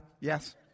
Yes